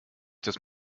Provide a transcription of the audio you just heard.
dass